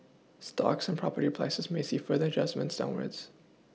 stocks and property prices may see further adjustments downwards